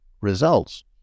results